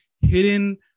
hidden